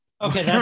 Okay